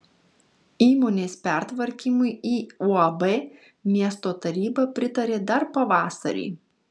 įmonės pertvarkymui į uab miesto taryba pritarė dar pavasarį